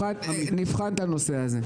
נבחן את הנושא הזה.